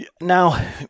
now